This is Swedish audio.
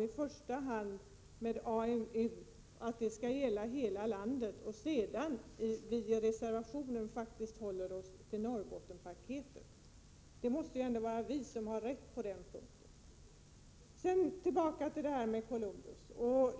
i första hand talas om samverkan med AMU över hela landet. I reservationen håller vi oss faktiskt till Norrbottenspaketet. Det måste ändå vara vi som har rätt på den punkten. Sedan tillbaka till det här med Columbus.